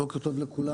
בוקר טוב לכולם.